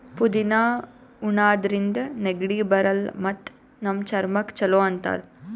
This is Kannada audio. ಪುದಿನಾ ಉಣಾದ್ರಿನ್ದ ನೆಗಡಿ ಬರಲ್ಲ್ ಮತ್ತ್ ನಮ್ ಚರ್ಮಕ್ಕ್ ಛಲೋ ಅಂತಾರ್